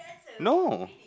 no